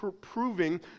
proving